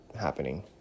happening